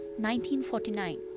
1949